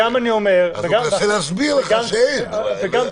והוא מנסה להסביר לך שאין פה.